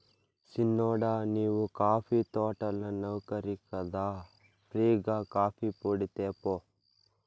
సిన్నోడా నీవు కాఫీ తోటల నౌకరి కదా ఫ్రీ గా కాఫీపొడి తేపో